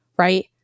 right